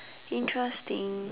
interesting